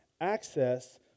access